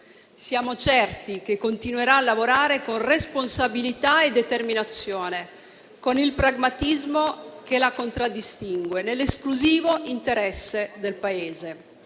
Siamo certi che continuerà a lavorare con responsabilità e determinazione, con il pragmatismo che la contraddistingue, nell'esclusivo interesse del Paese.